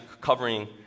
covering